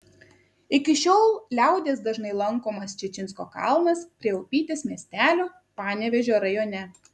iki šiol liaudies dažnai lankomas čičinsko kalnas prie upytės miestelio panevėžio rajone